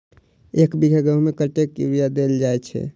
एक बीघा गेंहूँ मे कतेक यूरिया देल जाय छै?